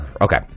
Okay